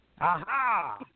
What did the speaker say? Aha